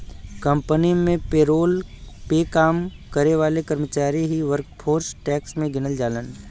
company में payroll पे काम करे वाले कर्मचारी ही वर्कफोर्स टैक्स में गिनल जालन